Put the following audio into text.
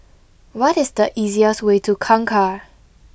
what is the easiest way to Kangkar